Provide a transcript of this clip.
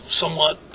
somewhat